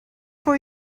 for